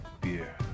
beer